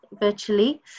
virtually